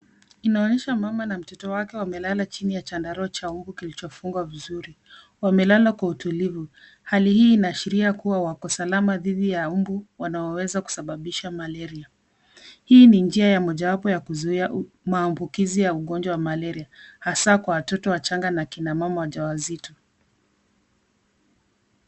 Inaonyesha mama na mtoto wake wamelala chini ya chandarua cha mbu kilichofungwa vizuri. Wamelala kwa utulivu hali hii inaashiria kuwa wako salama dhidi ya mbu wanaoweza kusababisha malaria. Hii ni njia ya mojawapo ya kuzuia maambukizi ya ugonjwa wa malaria, hasa kwa watoto wachanga na kina mama waja wazito